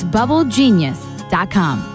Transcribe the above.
BubbleGenius.com